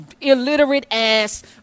illiterate-ass